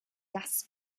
das